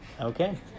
Okay